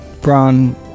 brown